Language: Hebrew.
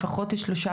לפחות שלושה,